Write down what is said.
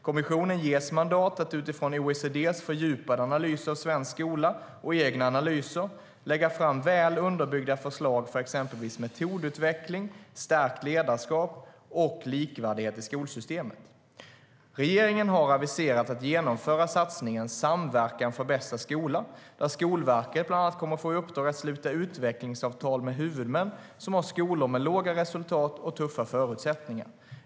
Kommissionen ges mandat att utifrån OECD:s fördjupade analys av svensk skola och egna analyser lägga fram väl underbyggda förslag för exempelvis metodutveckling, stärkt ledarskap och likvärdighet i skolsystemet. Regeringen har aviserat att genomföra satsningen Samverkan för bästa skola där Skolverket bland annat kommer att få i uppdrag att sluta utvecklingsavtal med huvudmän som har skolor med låga resultat och tuffa förutsättningar.